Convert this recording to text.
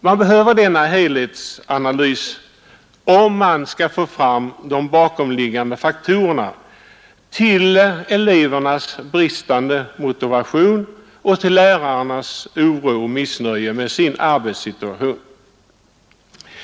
Man behöver denna helhetsanalys om man skall få fram de faktorer som ligger bakom elevernas bristande motivation och lärarnas oro och missnöje med sin arbetssituation.